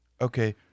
Okay